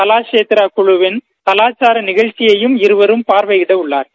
கலாஷேத்ரா குழுவின் கலாச்சார நிகழ்ச்சியையும் இருவரும் பார்வையிடவுள்ளார்கள்